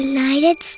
United